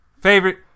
Favorite